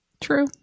True